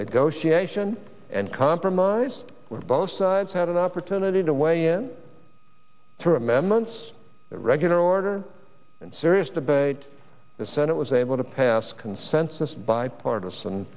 negotiation and compromise where both sides had an opportunity to weigh in through amendments regular order and serious debate the senate was able to pass consensus bipartisan